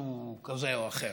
משהו כזה או אחר,